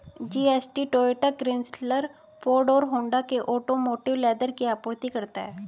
GST Toyota, Chrysler, Ford और Honda के automotive leather की आपूर्ति करता है